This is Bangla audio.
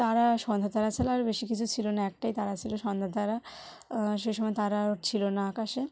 তারা সন্ধ্যাতারা ছাড়া আর বেশি কিছু ছিল না একটাই তারা ছিল সন্ধ্যাতারা সে সময়ে তারা ছিল না আকাশে